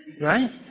Right